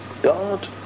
God